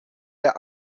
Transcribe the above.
der